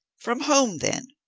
from whom, then?